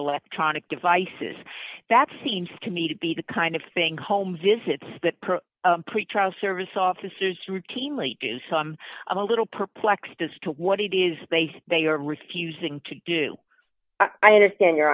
electronic devices that seems to me to be the kind of thing home visits that pretrial service officers routinely do so i'm a little perplexed as to what he does they are refusing to do i understand your